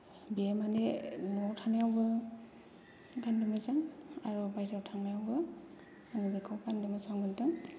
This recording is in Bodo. बेयो माने नआव थानायावबो गान्नो मोजां आरो बाहेरायाव थांनायावबो आरो बेखौ गाननो मोजां मोनदों